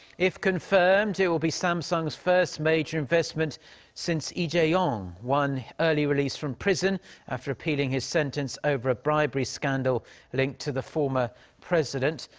if confirmed. it will be samsung's first major investment since lee jae-yong won early release from prison after appealing his sentence over a bribery scandal linked to the ousted former president.